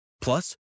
Plus